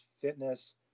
fitness